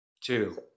Two